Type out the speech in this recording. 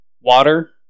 water